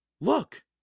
Look